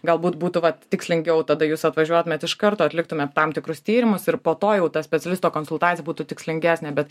galbūt būtų va tikslingiau tada jūs atvažiuotumėt iš karto atliktumėt tam tikrus tyrimus ir po to jau ta specialisto konsultacija būtų tikslingesnė bet